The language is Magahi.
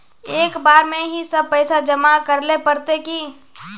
एक बार में ही सब पैसा जमा करले पड़ते की?